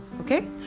okay